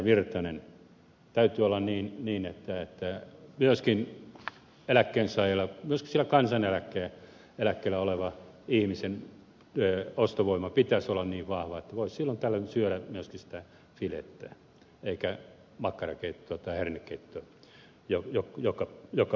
virtanen täytyy olla niin että myöskin sillä kansaneläkkeellä olevan ihmisen ostovoiman pitäisi olla niin vahva että hän voisi silloin tällöin syödä myöskin sitä filettä eikä makkarakeittoa tai hernekeittoa joka päivä